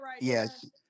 Yes